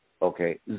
Okay